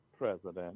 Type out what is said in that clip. president